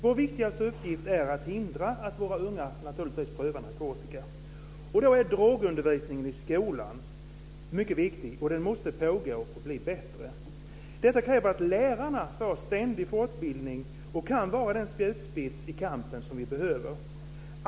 Vår viktigaste uppgift är naturligtvis att hindra att våra unga prövar narkotika. Då är drogundervisningen i skolan mycket viktig, och den måste pågå och bli bättre. Detta kräver att lärarna får ständig fortbildning och kan vara den spjutspets i kampen som vi behöver.